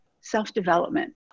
self-development